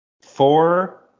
four